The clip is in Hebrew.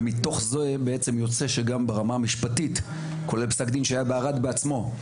ומתוך זה בעצם יוצא שגם ברמה המשפטית כולל פסק דין שהיה בערד בעצמו,